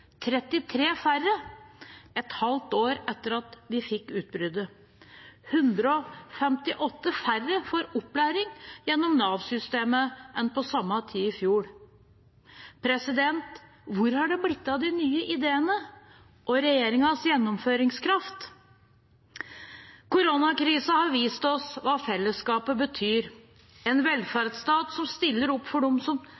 33 færre – et halvt år etter at vi fikk utbruddet. 158 færre får opplæring gjennom Nav-systemet enn på samme tid i fjor. Hvor har det blitt av de nye ideene og regjeringens gjennomføringskraft? Koronakrisen har vist oss hva felleskapet betyr: en